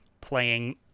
playing